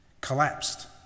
collapsed